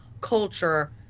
culture